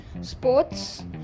sports